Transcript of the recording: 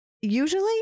usually